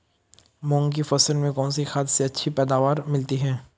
मूंग की फसल में कौनसी खाद से अच्छी पैदावार मिलती है?